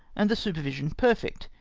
and the supervision perfect.